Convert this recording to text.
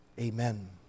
Amen